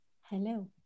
Hello